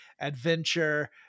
adventure